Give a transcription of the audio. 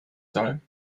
soll